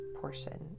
portion